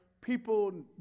people